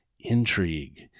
Intrigue